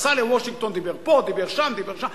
נסע לוושינגטון, דיבר פה, דיבר שם, דיבר שם.